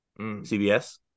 CBS